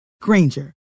Granger